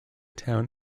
town